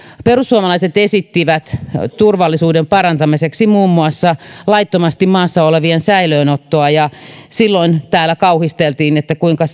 perussuomalaiset esittivät turvallisuuden parantamiseksi muun muassa laittomasti maassa olevien säilöönottoa ja silloin täällä kauhisteltiin että kuinka